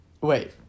Wait